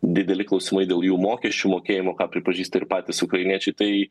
dideli klausimai dėl jų mokesčių mokėjimo ką pripažįsta ir patys ukrainiečiai tai